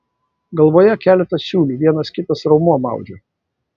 galvoje keletas siūlių vienas kitas raumuo maudžia